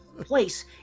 place